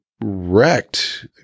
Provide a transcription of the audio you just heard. wrecked